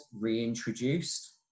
reintroduced